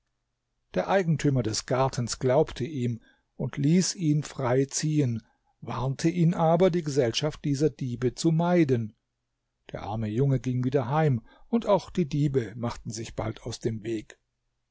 der eigentümer des gartens glaubte ihm und ließ ihn frei ziehen warnte ihn aber die gesellschaft dieser diebe zu meiden der arme junge ging wieder heim und auch die diebe machten sich bald aus dem weg